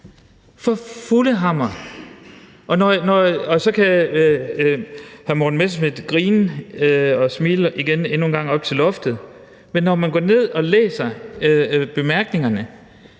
for fuld hammer. Så kan hr. Morten Messerschmidt grine og smile endnu en gang op til loftet, men når man går ned og læser bemærkningerne,